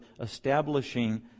establishing